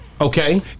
Okay